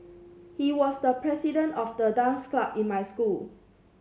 he was the president of the dance club in my school